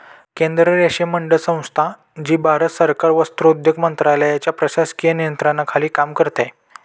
केंद्रीय रेशीम मंडळ संस्था, जी भारत सरकार वस्त्रोद्योग मंत्रालयाच्या प्रशासकीय नियंत्रणाखाली काम करते